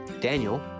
Daniel